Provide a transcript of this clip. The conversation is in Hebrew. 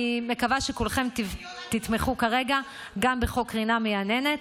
אני מקווה שכולכם תתמכו כרגע גם בחוק קרינה מייננת.